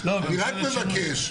אני רק מבקש,